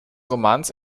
romans